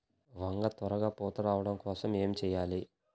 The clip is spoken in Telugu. వంగ త్వరగా పూత రావడం కోసం ఏమి చెయ్యాలి?